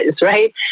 right